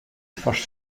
first